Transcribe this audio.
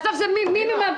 תודה רבה.